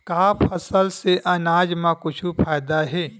का फसल से आनाज मा कुछु फ़ायदा हे?